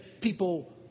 people